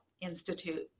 Institute